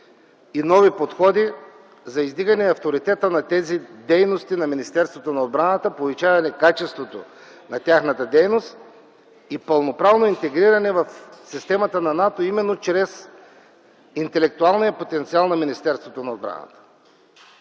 и нови подходи за издигане авторитета на тези дейности на Министерството на отбраната в повишаване качеството на тяхната дейност и пълноправно интегриране в системата на НАТО именно чрез интелектуалния потенциал на Министерството на отбраната,